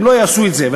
הן לא יעשו את זה.